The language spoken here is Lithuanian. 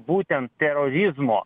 būtent terorizmo